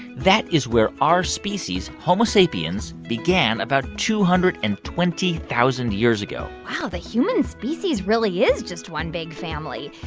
that is where our species, homo sapiens, began about two hundred and twenty thousand years ago wow, the human species really is just one big family.